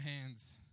hands